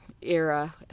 era